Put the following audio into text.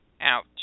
Ouch